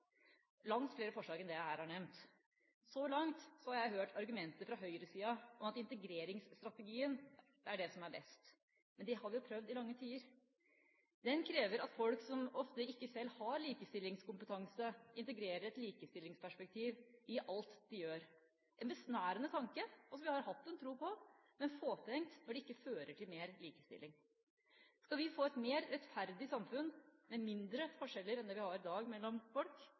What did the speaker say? langt flere forslag enn det jeg her har nevnt. Så langt har jeg hørt argumenter fra høyresiden om at integreringsstrategien er det som er best. Men det har vi jo prøvd i lange tider. Den krever at folk som ofte ikke selv har likestillingskompetanse, integrerer et likestillingsperspektiv i alt de gjør. En besnærende tanke, og som vi har hatt tro på, men fåfengt når det ikke fører til mer likestilling. Skal vi få et mer rettferdig samfunn, med mindre forskjeller enn det vi har i dag mellom folk,